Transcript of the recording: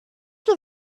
told